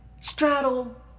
straddle